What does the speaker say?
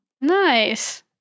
Nice